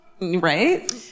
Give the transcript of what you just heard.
Right